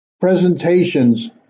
presentations